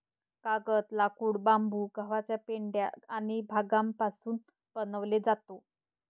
कागद, लाकूड, बांबू, गव्हाचा पेंढा आणि भांगापासून बनवले जातो